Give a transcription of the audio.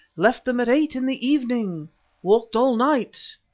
left them at eight in the evening walked all night.